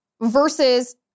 versus